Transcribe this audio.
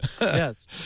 Yes